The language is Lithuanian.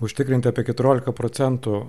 užtikrinti apie keturiolika procentų